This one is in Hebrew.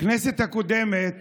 בכנסת הקודמת